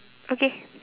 okay